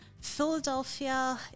Philadelphia